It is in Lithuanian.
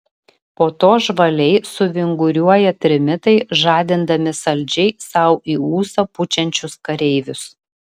po to žvaliai suvinguriuoja trimitai žadindami saldžiai sau į ūsą pučiančius kareivius